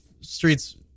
Streets